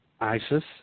ISIS